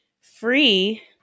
free